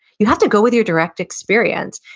you have to go with your direct experience.